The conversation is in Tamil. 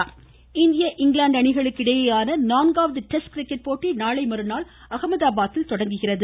கிரிக்கெட் இந்திய இங்கிலாந்து அணிகளுக்கு இடையேயான நான்காவது டெஸ்ட் கிரிக்கெட் போட்டி நாளை மறுநாள் அஹமதாபாதில் தொடங்குகிறது